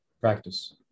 practice